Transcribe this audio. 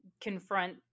confront